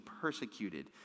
persecuted